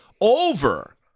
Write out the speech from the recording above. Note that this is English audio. over